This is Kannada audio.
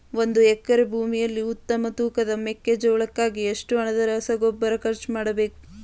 ಒಂದು ಎಕರೆ ಭೂಮಿಯಲ್ಲಿ ಉತ್ತಮ ತೂಕದ ಮೆಕ್ಕೆಜೋಳಕ್ಕಾಗಿ ಎಷ್ಟು ಹಣದ ರಸಗೊಬ್ಬರ ಖರ್ಚು ಮಾಡಬೇಕು?